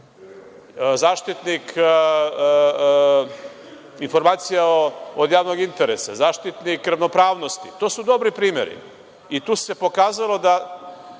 Zaštitnik informacija od javnog interesa, Zaštitnik ravnopravnosti. To su dobri primeri i tu se pokazalo da